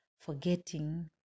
forgetting